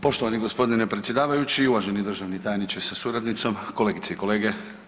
Poštovani g. predsjedavajući, uvaženi državni tajniče sa suradnicom, kolegice i kolege.